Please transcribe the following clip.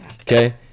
okay